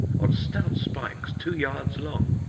on stout spikes two yards long.